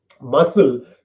muscle